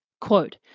Quote